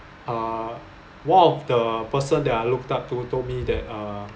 uh one of the person that I looked up to told me that uh